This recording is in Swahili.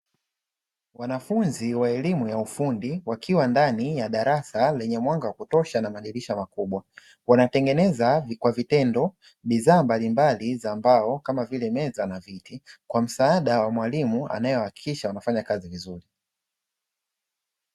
Wanafunzi wa elimu ya ufundi wakiwa ndani ya darasa lenye mwanga wa kutosha na madirisha makubwa, wanatengeneza kwa vitendo bidhaa mbalimbali za mbao kama vile; meza na viti kwa msaada wa mwalimu anaewakilisha wanafanya kazi vizuri.